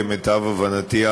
למיטב הבנתי,